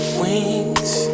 wings